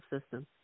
system